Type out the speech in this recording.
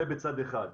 זה מצד אחד.